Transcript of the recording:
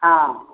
हँ